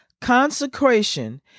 consecration